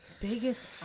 Biggest